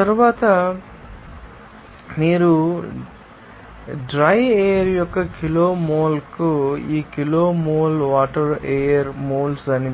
ఆ తరువాత మీరు ఎండిన ఎయిర్ యొక్క కిలో మోల్కు ఈ కిలోల మోల్ వాటర్ ఎయిర్ మోల్స్ అని